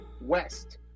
west